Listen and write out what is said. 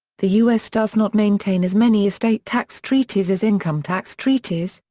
the u s. does not maintain as many estate tax treaties as income tax treaties,